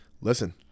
Listen